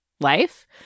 life